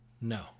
No